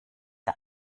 der